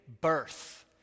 birth